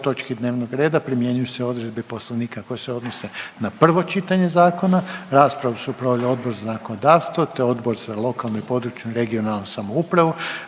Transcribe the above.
ovoj točki dnevnog reda primjenjuju se odredbe Poslovnika koje se odnose na prvo čitanje zakona. Raspravu su proveli Odbor za zakonodavstvo te Odbor za lokalnu i područnu (regionalnu) samoupravu.